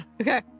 Okay